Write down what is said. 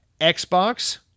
Xbox